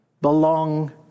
belong